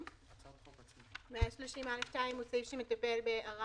ו-(יא)(2); 130(א)(2) הוא סעיף שמטפל בתקופה שיש לאזרח להגיש